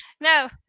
No